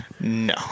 No